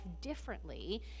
differently